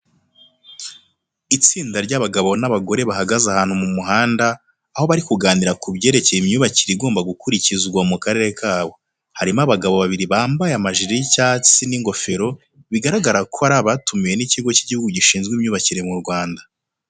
Istinda ry'abagabo n'abagore bahagaze ahantu mu muhanda, aho bari kuganira ku byerekeye imyubakire igomba gukurikizwa mu karere kabo. Harimo abagabo babiri bambaye amajire y'icyatsi n'ingofero bigaragara ko ari abatumwe n'Ikigo cy'igihugu gishinzwe imyubakire mu Rwanda.